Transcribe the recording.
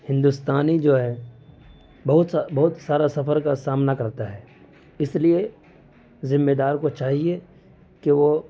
ہندوستانی جو ہے بہت بہت سارا سفر کا سامنا کرتا ہے اس لیے ذِمّے دار کو چاہیے کہ وہ